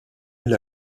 mill